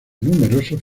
numerosos